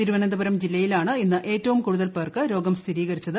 തിരുവന്തപുരം ജില്ലയിലാണ് ഇന്ന് ഏറ്റവും കൂടുതൽ പേർക്ക് രോഗം സ്ഥിരീകരിച്ചത്